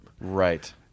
Right